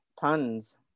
puns